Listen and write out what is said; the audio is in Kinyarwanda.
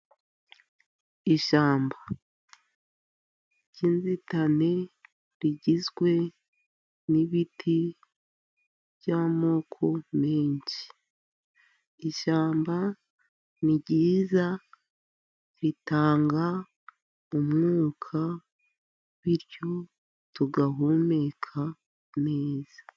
Ishyamba ry'inzitane rigizwe n'ibiti by'amoko menshi, ishyamba ni ryiza, ritanga umwuka, bityo tugahumeka neza.